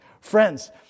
Friends